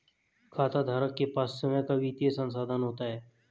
खाताधारक के पास स्वंय का वित्तीय संसाधन होता है